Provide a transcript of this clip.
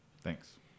Thanks